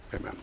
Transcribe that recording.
Amen